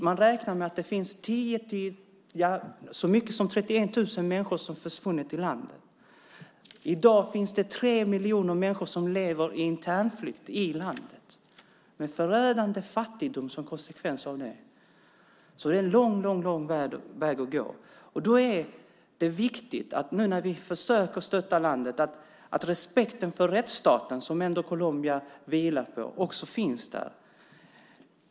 Man räknar med att så många som 31 000 människor försvunnit i landet. I dag lever tre miljoner människor som internflyktingar. Konsekvensen av detta är en förödande fattigdom. Det är alltså lång väg kvar att gå. När vi försöker stötta landet är det viktigt att respekten för den rättsstat som Colombia trots allt vilar på finns där.